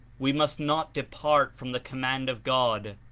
we must not depart from the command of god,